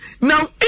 Now